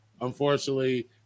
unfortunately